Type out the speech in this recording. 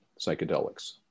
psychedelics